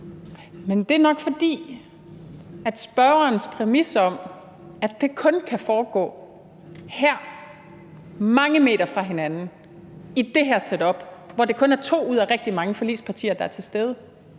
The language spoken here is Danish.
jeg ikke mener, at spørgerens præmis om, at det kun kan foregå her – mange meter fra hinanden, i det her setup, hvor det kun er to ud af rigtig mange forligspartier, der er til stede